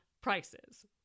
prices